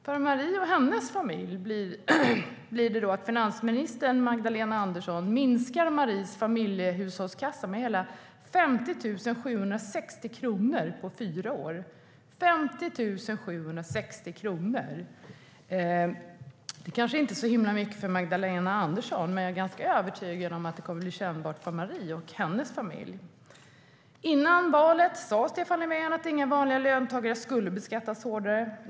För Marie och hennes familj blir det då så att finansministern Magdalena Andersson minskar familjehushållskassan med hela 50 760 kronor på fyra år. Det kanske inte är så himla mycket för Magdalena Andersson, men jag är ganska övertygad om att det kommer att bli kännbart för Marie och hennes familj. Före valet sa Stefan Löfven att inga vanliga löntagare skulle beskattas hårdare.